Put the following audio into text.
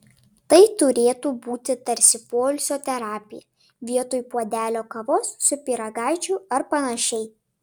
tai turėtų būti tarsi poilsio terapija vietoj puodelio kavos su pyragaičiu ar panašiai